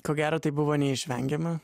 ko gero tai buvo neišvengiama